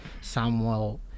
Samuel